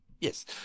yes